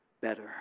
better